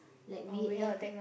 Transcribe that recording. like we have